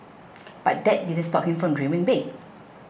but that didn't stop him from dreaming big